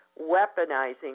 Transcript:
weaponizing